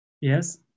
yes